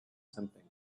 something